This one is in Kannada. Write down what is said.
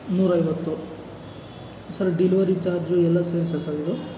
ನೂರೈವತ್ತು ಸರ್ ಡೆಲಿವರಿ ಚಾರ್ಜು ಎಲ್ಲ ಸೇರಿಸಿಯಾ ಸರ್ ಇದು